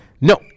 No